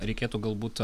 reikėtų galbūt